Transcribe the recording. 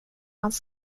hans